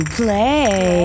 play